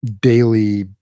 daily